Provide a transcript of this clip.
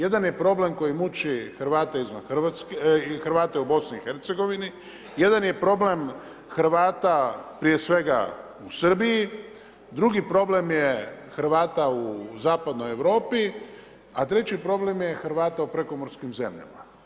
Jedan je problem koji muči Hrvate u BIH, jedan je problem Hrvata, prije svega u Srbiji, drugi problem je Hrvata u zapadnoj Europi, a treći problem je Hrvata u prekomorskim zemljama.